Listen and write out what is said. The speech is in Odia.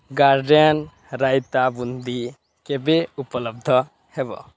ଗାର୍ଡ଼େନ୍ ରାଇତା ବୁନ୍ଦି କେବେ ଉପଲବ୍ଧ ହେବ